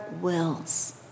wills